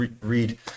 Read